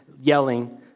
yelling